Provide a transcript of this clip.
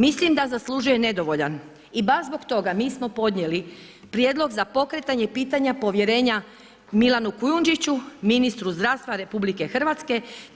Mislim da zaslužuje nedovoljan i baš zbog toga mi smo podnijeli prijedlog za pokretanje pitanja povjerenja Milanu Kujundžiću, ministru zdravstva RH